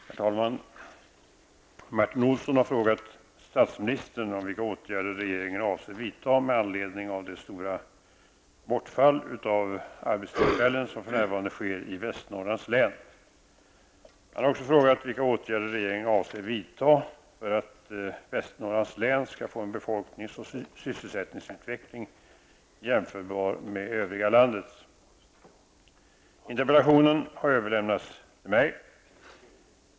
Herr talman! Martin Olsson har frågat statsministern om vilka åtgärder regeringen avser vidta med anledning av det stora bortfall av arbetstillfällen som för närvarande sker i Västernorrlands län skall få en befolknings och sysselsättningsutveckling jämförbar med övriga landets. Interpellationen har överlämnats till mig.